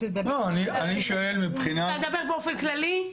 אני שואל מבחינת --- אתה מדבר באופן כללי?